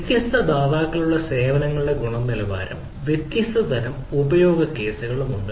വ്യത്യസ്ത ദാതാക്കളുടെ സേവനങ്ങളുടെ ഗുണനിലവാരവും വ്യത്യസ്ത തരം ഉപയോഗ കേസുകളും ഉണ്ട്